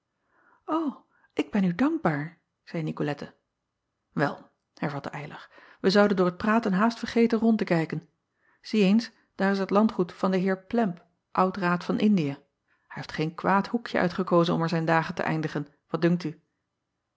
ik ben u dankbaar zeî icolette el hervatte ylar wij zouden door t praten haast vergeten rond te kijken ie eens daar is het landgoed van den eer lemp ud aad van ndiën hij heeft geen kwaad hoekje uitgekozen om er zijn dagen te eindigen wat dunkt u